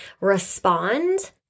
respond